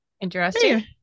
interesting